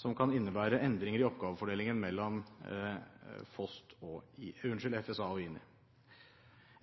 som kan innebære endringer i oppgavefordelingen mellom FSA og INI.